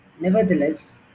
Nevertheless